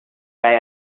guy